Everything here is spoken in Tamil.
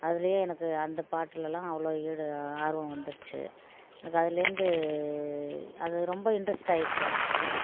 அதுலையே எனக்கு அந்த பாட்லலாம் அவ்வளோ ஈடு ஆர்வம் வந்துர்ச்சு எனக்கு அதுலர்ந்து அது ரொம்ப இன்ட்ரெஸ்ட் ஆயிடுச்சு எனக்கு